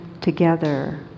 together